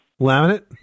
Laminate